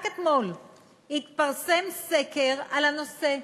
רק אתמול התפרסם סקר על הנושא,